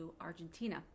Argentina